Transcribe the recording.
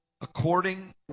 According